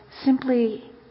simply